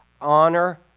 honor